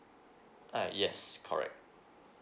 uh yes correct